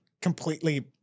completely